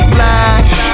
Flash